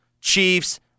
Chiefs